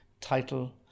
title